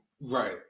Right